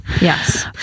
Yes